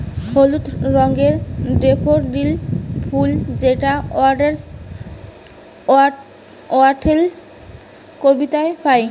হলুদ রঙের ডেফোডিল ফুল যেটা ওয়ার্ডস ওয়ার্থের কবিতায় পাই